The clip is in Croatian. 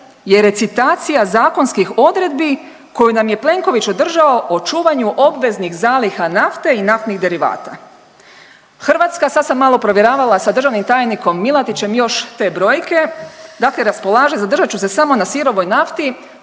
je recitacija zakonskih odredbi koju nam je Plenković održao o čuvanju obveznih zaliha nafte i naftnih derivata. Hrvatska, sad sam malo provjeravala sa državnim tajnikom Milatićem još te brojke, dakle raspolaže, zadržat ću se samo na sirovoj nafti,